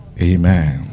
amen